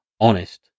honest